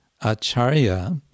Acharya